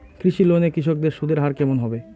কৃষি লোন এ কৃষকদের সুদের হার কেমন হবে?